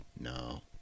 no